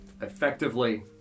effectively